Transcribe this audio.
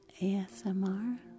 ASMR